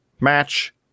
match